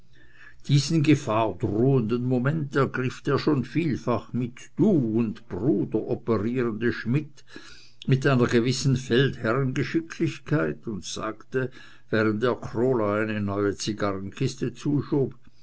diesen gefahrdrohenden moment ergriff der schon vielfach mit du und bruder operierende schmidt mit einer gewissen feldherrngeschicklichkeit und sagte während er krola eine neue zigarrenkiste zuschob